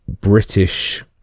British